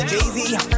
Jay-Z